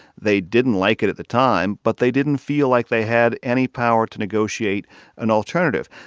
they didn't like it at the time, but they didn't feel like they had any power to negotiate an alternative.